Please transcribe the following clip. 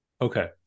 Okay